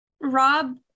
Rob